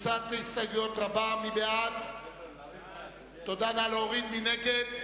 משרד ראש הממשלה, לא נתקבלה.